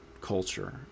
culture